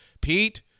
Pete